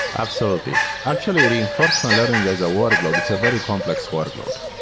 absolutely. actually, reinforcement learning is a workload. it's a very complex workload,